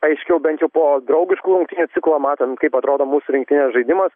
aiškiau bent jau po draugiškų rungtynių ciklo matant kaip atrodo mūsų rinktinės žaidimas